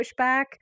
pushback